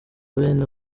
bene